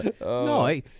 No